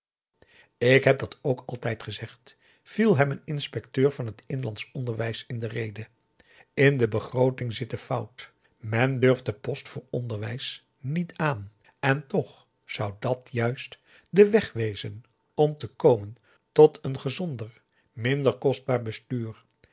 ik heb dat ook altijd gezegd viel hem een inspecteur van het inlandsch onderwijs in de rede in de begrooting p a daum de van der lindens c s onder ps maurits zit de fout men durft den post voor onderwijs niet aan en toch zou dàt juist de weg wezen om te komen tot een gezonder minder kostbaar bestuur